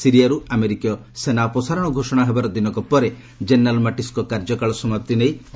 ସିରିଆରୁ ଆମେରିକୀୟ ସେନା ଅପସାରଣ ଘୋଷଣା ହେବାର ଦିନକ ପରେ ଜେନେରାଲ୍ ମାଟିସ୍ଙ୍କ କାର୍ଯ୍ୟକାଳ ସମାପ୍ତି ନେଇ ଘୋଷଣା ହୋଇଛି